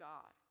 God